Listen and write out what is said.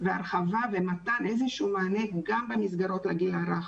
הרחבה ומתן איזשהו מענה גם במסגרות לגיל הרך,